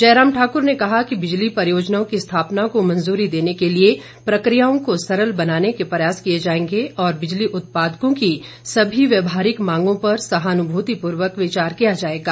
जयराम ठाकुर ने कहा कि बिजली परियोजनाओं की स्थापना को मंजूरी देने के लिए प्रकियाओं को सरल बनाने के प्रयास किए जाएंगे और बिजली उत्पादकों की सभी व्यवहारिक मांगों पर सहानुमूतिपूर्वक विचार किया जाएगा